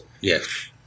Yes